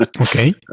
okay